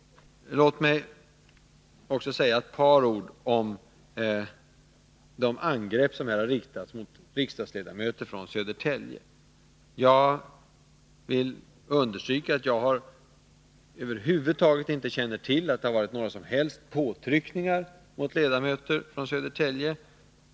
Låt mig också säga några ord om de angrepp som här har riktats mot riksdagsledamöter från Södertälje. Jag vill understryka att jag över huvud taget inte känner till att det skulle ha förekommit några som helst påtryckningar mot riksdagsledamöter från Södertälje.